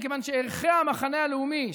מכיוון שערכי המחנה הלאומי,